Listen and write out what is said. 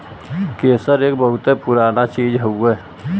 केसर एक बहुते पुराना चीज हउवे